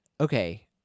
Okay